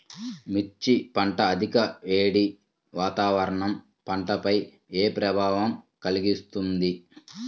మిర్చి పంట అధిక వేడి వాతావరణం పంటపై ఏ ప్రభావం కలిగిస్తుంది?